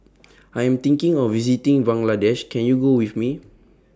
I Am thinking of visiting Bangladesh Can YOU Go with Me